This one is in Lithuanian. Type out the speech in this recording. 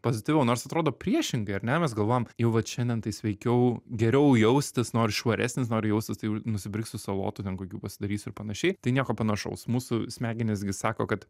pozityviau nors atrodo priešingai ar ne mes galvojam jau vat šiandien tai sveikiau geriau jaustis noriu švaresnis noriu jaustis tai nusipirksiu salotų ten kokių pasidarysiu ir panašiai tai nieko panašaus mūsų smegenys gi sako kad